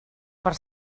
per